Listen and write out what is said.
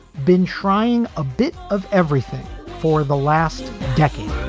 been trying a bit of everything for the last decade